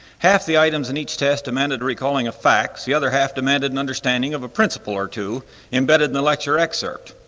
half the items in each test amended recalling of facts the other half demanded an understanding of a principle or two embedded in the lecture excerpt.